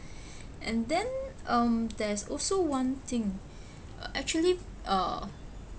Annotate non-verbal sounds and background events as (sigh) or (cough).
and then um there's also one thing (breath) uh actually uh